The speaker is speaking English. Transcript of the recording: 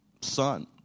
son